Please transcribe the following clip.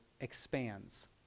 expands